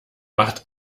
macht